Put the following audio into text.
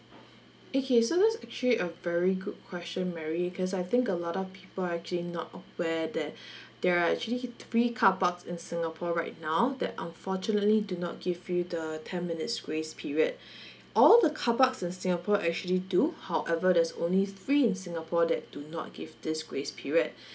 okay so that's actually a very good question mary because I think a lot of people are actually not aware that there are actually three carparks in singapore right now that unfortunately do not give you the ten minutes grace period all the carparks in singapore actually do however there's only three in singapore that to not give this grace period